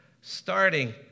starting